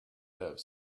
live